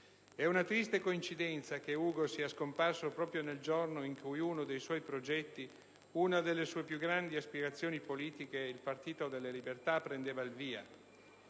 È una triste coincidenza che Ugo sia scomparso proprio nel giorno in cui uno dei suoi progetti, una delle sue più grandi aspirazioni politiche, il Partito della libertà, prendeva il via.